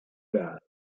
gas